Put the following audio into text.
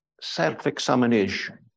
self-examination